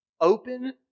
open